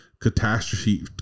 catastrophe